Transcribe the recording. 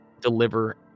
deliver